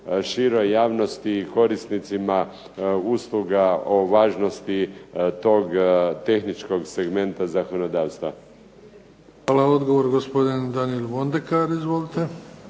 široj javnosti i korisnicima usluga o važnosti tog tehničkog segmenta zakonodavstva. **Bebić, Luka (HDZ)** Hvala. Odgovor gospodin Danijel Mondekar, izvolite.